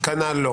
כנ"ל.